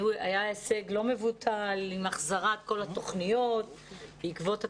היה הישג לא מבוטל עם החזרת כל התוכניות בעקבות התקציב.